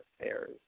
affairs